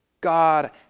God